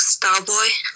Starboy